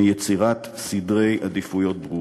מיצירת סדרי עדיפויות ברורים.